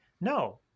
No